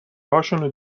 هاشونو